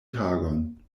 tagon